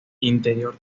interior